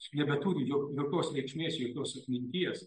nebeturi jokios reikšmės jokios atminties